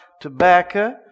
tobacco